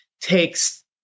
takes